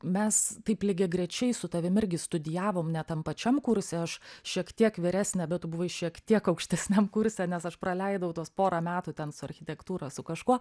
mes taip lygiagrečiai su tavim irgi studijavom ne tam pačiam kurse aš šiek tiek vyresnė bet tu buvai šiek tiek aukštesniam kurse nes aš praleidau tuos porą metų ten su architektūra su kažkuo